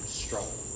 strong